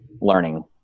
learning